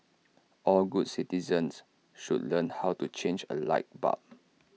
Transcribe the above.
all good citizens should learn how to change A light bulb